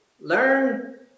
learn